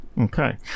Okay